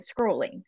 scrolling